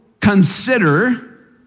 consider